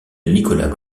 nicolas